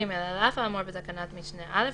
(ג) על אף האמור בתקנת משנה (א),